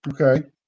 Okay